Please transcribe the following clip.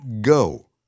Go